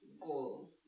goal